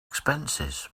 expenses